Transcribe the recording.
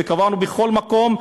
וקבענו בכל מקום,